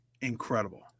incredible